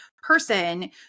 person